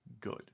good